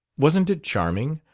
wasn't it charming!